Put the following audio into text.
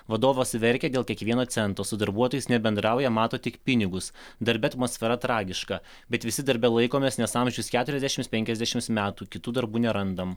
vadovas verkia dėl kiekvieno cento su darbuotojais nebendrauja mato tik pinigus darbe atmosfera tragiška bet visi darbe laikomės nes amžius keturiasdešimt penkiasdešimt metų kitų darbų nerandam